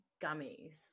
gummies